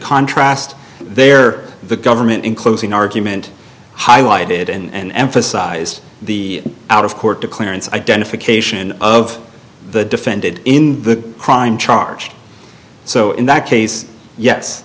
contrast there the government in closing argument highlighted and emphasized the out of court to clearance identification of the defended in the crime charge so in that case